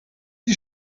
die